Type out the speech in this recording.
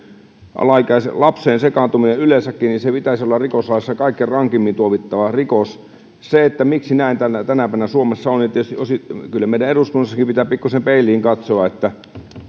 lapseen sekaantumisen yleensäkin pitäisi olla rikoslaissa kaikkein rankimmin tuomittava rikos siinä miksi näin tänä päivänä suomessa on pitää kyllä meidän eduskunnassakin pikkusen peiliin katsoa